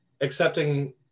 accepting